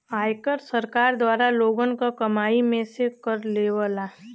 आयकर सरकार द्वारा लोगन क कमाई में से कर लेवला